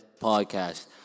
podcast